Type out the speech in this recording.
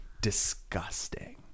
disgusting